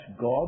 God